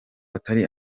atari